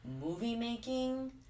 movie-making-